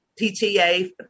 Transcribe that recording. PTA